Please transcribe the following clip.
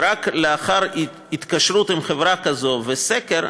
ורק לאחר התקשרות עם חברה כזאת וסקר,